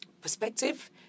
perspective